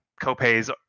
copays